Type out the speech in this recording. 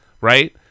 right